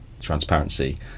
transparency